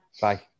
Bye